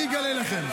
אני אגלה לכם.